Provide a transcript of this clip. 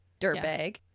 Dirtbag